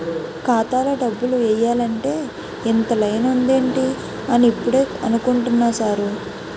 ఖాతాలో డబ్బులు ఎయ్యాలంటే ఇంత లైను ఉందేటి అని ఇప్పుడే అనుకుంటున్నా సారు